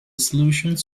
solutions